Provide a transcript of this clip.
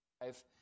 five